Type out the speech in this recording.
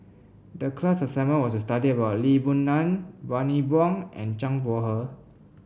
the class assignment was to study about Lee Boon Ngan Bani Buang and Zhang Bohe